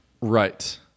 Right